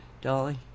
Dolly